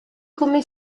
come